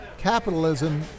Capitalism